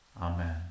Amen